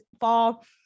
fall